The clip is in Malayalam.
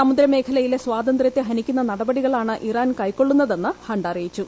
സമുദ്രമേഖലയിലെ സ്വാതന്ത്യത്തെ ഹനിക്കുന്ന നടപടികളാണ് ഇറാൻ കൈക്കൊള്ളുന്നതെന്ന് ഹണ്ട് അറിയിച്ചു